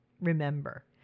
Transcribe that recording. remember